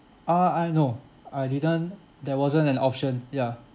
uh I no I didn't there wasn't an option ya